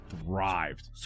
thrived